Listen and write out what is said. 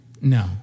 No